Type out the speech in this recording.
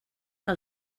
que